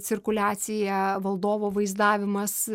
cirkuliaciją valdovo vaizdavimas